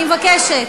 אני מבקשת,